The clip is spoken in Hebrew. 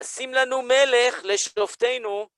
שים לנו מלך לשלופתנו.